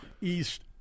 East